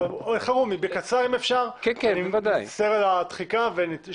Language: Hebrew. אלחרומי, בקצרה אם אפשר, אני מצטער על הדחיקה.